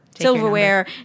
Silverware